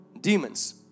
demons